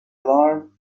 alarm